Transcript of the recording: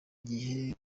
gihe